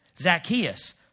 Zacchaeus